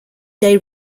day